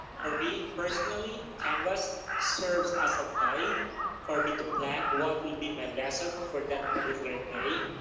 for me personally, canvas serves as a guide for me to plan what will be my lesson for that particular day.